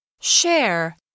Share